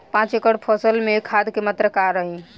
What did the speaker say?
पाँच एकड़ फसल में खाद के मात्रा का रही?